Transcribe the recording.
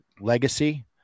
Legacy